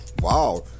wow